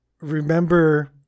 remember